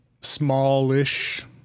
smallish